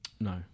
no